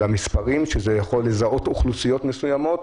המספרים, שזה יכול לזהות אוכלוסיות מסוימות.